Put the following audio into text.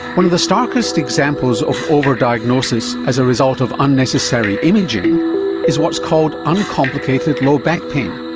one of the starkest examples of over-diagnosis as a result of unnecessary imaging is what's called uncomplicated low back pain.